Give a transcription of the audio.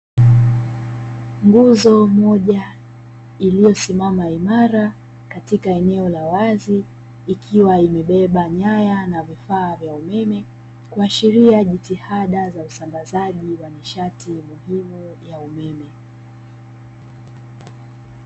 Nguzo moja iliyosimama imara katika eneo la wazi ikiwa imebeba nyaya na vifaa vya umeme, kuashiria jitihada za usambazaji wa nishati muhimu ya umeme.